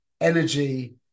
energy